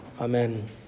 Amen